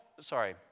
Sorry